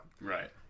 right